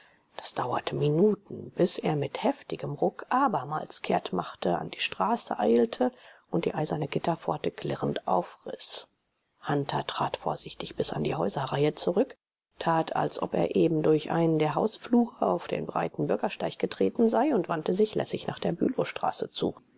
das dauerte minuten bis er mit heftigem ruck abermals kehrtmachte an die straße eilte und die eiserne gitterpforte klirrend aufriß hunter trat vorsichtig bis an die häuserreihe zurück tat als ob er eben durch einen der hausflure auf den breiten bürgersteig getreten sei und wandte sich lässig nach der bülowstraße zu